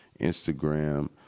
Instagram